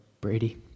Brady